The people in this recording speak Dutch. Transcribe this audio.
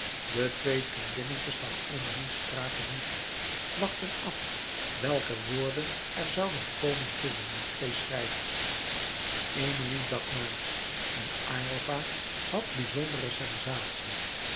de twee vriendinnetjes van emilie spraken niet wachtten af welke woorden er zouden komen tusschen die twee schrijvers emilie dacht na en aylva had bizondere sensatie